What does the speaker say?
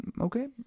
okay